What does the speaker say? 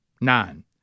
Nine